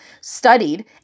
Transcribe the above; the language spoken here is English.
studied